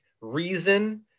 reason